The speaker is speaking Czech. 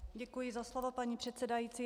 Děkuji za slovo, paní předsedající.